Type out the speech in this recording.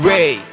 Ray